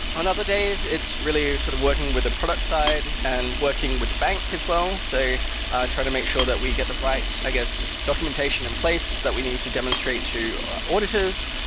on other days, it's really sort of working with the product side and working with the bank as well. so i try to make sure that we get the right, i guess, documentation in place that we need to demonstrate to auditors.